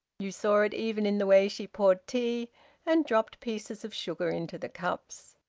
you saw it even in the way she poured tea and dropped pieces of sugar into the cups.